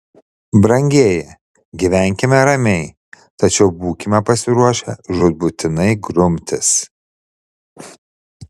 brangieji gyvenkime ramiai tačiau būkime pasiruošę žūtbūtinai grumtis